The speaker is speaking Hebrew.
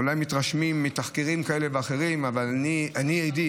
אולי מתרשמים מתחקירים כאלה ואחרים, אבל אני עדי.